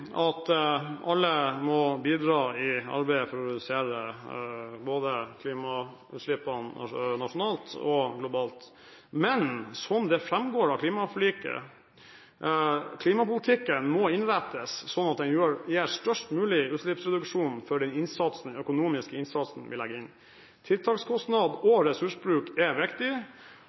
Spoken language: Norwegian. at alle må bidra i arbeidet for å redusere klimautslippene både nasjonalt og globalt. Men som det framgår av klimaforliket, må klimapolitikken innrettes slik at den gir størst mulig utslippsreduksjon i forhold til den økonomiske innsatsen vi legger inn. Tiltakskostnad og ressursbruk er viktig.